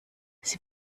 sie